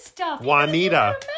Juanita